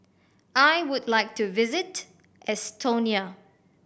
I would like to visit Estonia